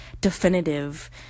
definitive